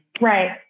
Right